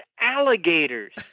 alligators